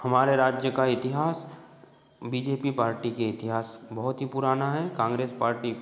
हमारे राज्य का इतिहास बीजेपी पार्टी के इतिहास बहोत ही पुराना है कांग्रेस पार्टी